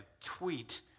tweet